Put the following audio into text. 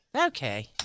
Okay